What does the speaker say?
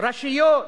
ראשיות נפגעות: